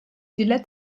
dile